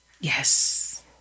Yes